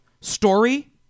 story